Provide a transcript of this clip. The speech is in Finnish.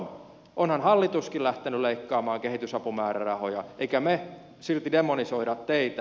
onhan hallituskin lähtenyt leikkaamaan kehitysapumäärärahoja emmekä me silti demonisoi teitä